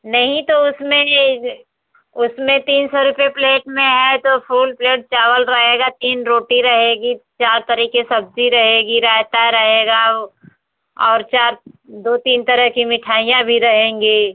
नहीं तो उसमें ये उसमें तीन सौ रुपए प्लेट में है तो फुल प्लेट चावल रहेगा तीन रोटी रहेगी चार तरह की सब्जी रहेगी रायता रहेगा ओ और चार दो तीन तरह की मिठाइयाँ भी रहेंगी